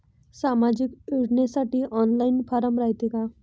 सामाजिक योजनेसाठी online form रायते का?